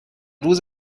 روز